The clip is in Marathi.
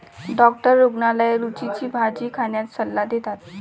डॉक्टर रुग्णाला झुचीची भाजी खाण्याचा सल्ला देतात